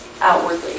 outwardly